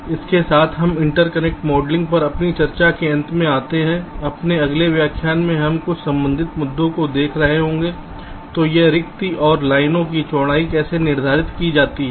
इसलिए इसके साथ हम इंटरकनेक्ट मॉडलिंग पर अपनी चर्चा के अंत में आते हैं अपने अगले व्याख्यान में हम कुछ संबंधित मुद्दों को देख रहे हैं तो यह रिक्ति और लाइनों की चौड़ाई कैसे निर्धारित की जाती है